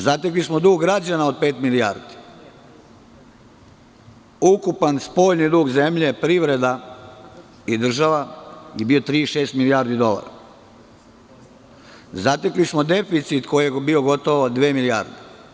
Zatekli smo dug građana od pet milijardi, ukupan spoljni dug zemlje, privreda i država je bio 36 milijardi dolara, zatekli smo deficit koji je bio gotovo dve milijarde.